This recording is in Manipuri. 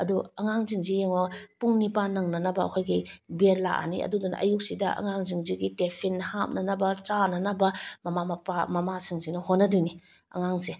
ꯑꯗꯨ ꯑꯉꯥꯡꯁꯤꯡꯁꯦ ꯌꯦꯡꯉꯣ ꯄꯨꯡ ꯅꯤꯄꯥꯜ ꯅꯪꯅꯅꯕ ꯑꯩꯈꯣꯏꯒꯤ ꯚꯦꯜ ꯂꯥꯛꯑꯅꯤ ꯑꯗꯨꯗꯨꯅ ꯑꯌꯨꯛꯁꯤꯗ ꯑꯉꯥꯡꯁꯤꯡꯁꯤꯒꯤ ꯇꯦꯐꯤꯟ ꯍꯥꯞꯅꯅꯕ ꯆꯥꯅꯅꯕ ꯃꯃꯥ ꯃꯄꯥ ꯃꯃꯥꯁꯤꯡꯁꯤꯅ ꯍꯣꯠꯅꯗꯣꯏꯅꯤ ꯑꯉꯥꯡꯁꯦ